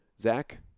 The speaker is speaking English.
Zach